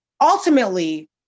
Ultimately